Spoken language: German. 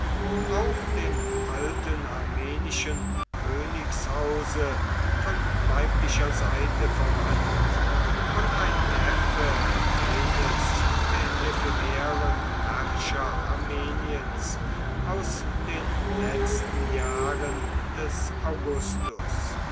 auch dem alten armenischen königshause von weiblicher seite verwandt und ein neffe eines der ephemeren herrscher armeniens aus den letzten jahren des augustus